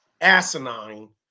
asinine